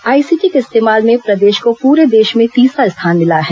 ICT के इस्तेमाल में प्रदेश को पूरे देश में तीसरा स्थान मिला है